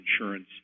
insurance